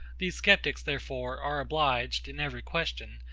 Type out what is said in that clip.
these sceptics, therefore, are obliged, in every question,